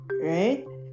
right